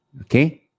Okay